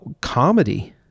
comedy